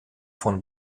von